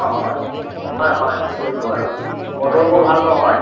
হয় হয় হয় ঠিক কৰিব আৰু বতৰ বৰ ভাল নহয়